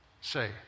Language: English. say